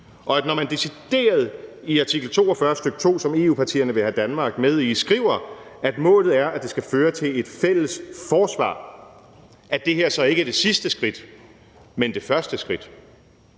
at det, når man decideret i artikel 42, stk. 2, som EU-partierne vil have Danmark med i, skriver, at målet er, at det skal føre til et fælles forsvar, så ikke er det sidste skridt, men det første skridt?